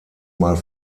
mal